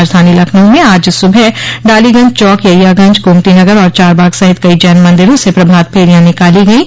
राजधानी लखनऊ में आज सूबह डालीगंज चौक यहियागंज गोमतीनगर और चारबाग सहित कई जैन मन्दिरों से प्रभात फेरियां निकाली गयीं